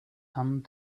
hand